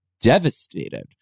devastated